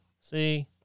See